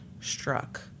struck